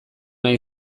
nahi